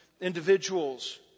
individuals